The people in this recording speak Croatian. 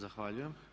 Zahvaljujem.